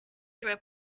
through